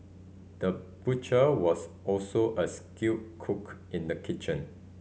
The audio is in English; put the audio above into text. the butcher was also a skilled cook in the kitchen